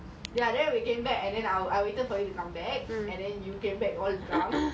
mine was um function room at martina's house like a bilingual ya